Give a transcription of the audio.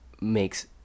makes